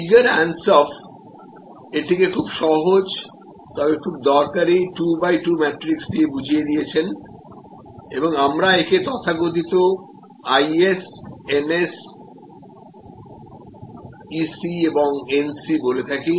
Igor Ansoff এটিকে খুব সহজ তবে খুব দরকারী 2 বাই 2 ম্যাট্রিক্স দিয়ে বুঝিয়ে দিয়েছেন এবং আমরা একে তথাকথিত আই এস এনএস এবং ইসি এনসি বলে থাকি